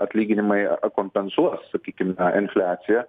atlyginimai ar kompensuos sakykim infliaciją